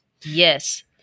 Yes